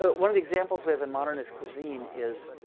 one of the examples we have in modernist cuisine is